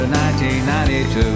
1992